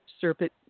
Serpent